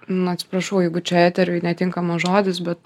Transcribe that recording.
na atsiprašau jeigu čia eteriui netinkamas žodis bet